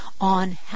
on